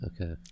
Okay